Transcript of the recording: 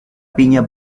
piña